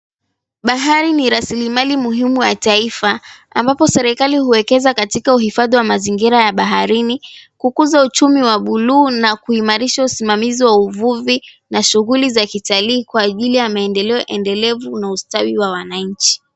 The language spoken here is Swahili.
Bahari ni rasilimali muhimu ya taifa, ambapo serikali huwekeza katika uhifadhi wa mazingira ya baharini kukuza uchumi wa buluu na kuimarisha usimamizi wa uvuvi na shughuli za kitalii kwa ajili ya maendeleo endelevu na ustawi wa wananchi.